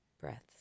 breaths